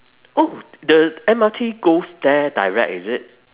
oh the M_R_T goes there direct is it